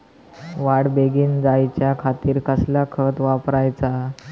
वाढ बेगीन जायच्या खातीर कसला खत वापराचा?